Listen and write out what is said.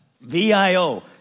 V-I-O